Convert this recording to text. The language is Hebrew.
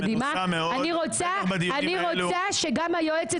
אני רוצה שגם היועצת